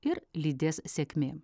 ir lydės sėkmė